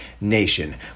nation